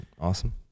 awesome